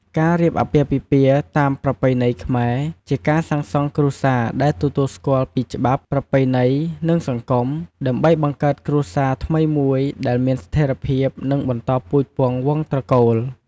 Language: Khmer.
ការរៀបអាពាហ៍ពិពាហ៍តាមប្រពៃណីខ្មែរជាការសាងសង់គ្រួសារដែលទទួលស្គាល់ពីច្បាប់ ប្រពៃណី និងសង្គម ដើម្បីបង្កើតគ្រួសារថ្មីមួយដែល មានស្ថេរភាព និងបន្តពូជពង្សវង្សត្រកូល។